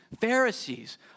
Pharisees